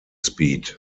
speed